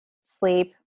sleep